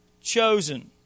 chosen